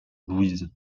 louise